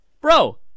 Bro